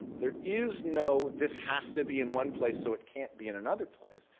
there is no, this has to be in one place, so it can't be in another place.